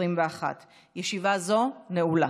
התשפ"א 2021, נתקבלה.